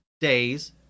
days